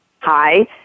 Hi